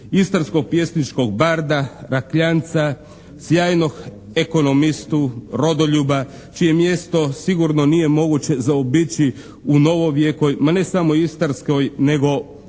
istarskog pjesničkog barda Rakljanca, sjajnog ekonomistu, rodoljuba, čije mjesto sigurno nije moguće zaobići u novovijekoj, ma ne samo istarskoj nego onda